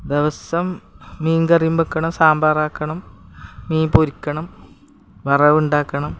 ദിവസം മീൻ കറിയും വെക്കണം സാമ്പാറാക്കണം മീൻ പൊരിക്കണം വറവുണ്ടാക്കണം